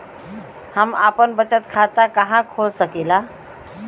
हम आपन बचत खाता कहा खोल सकीला?